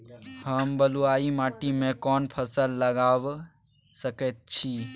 हम बलुआही माटी में कोन फसल लगाबै सकेत छी?